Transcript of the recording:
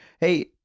Hey